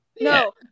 No